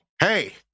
hey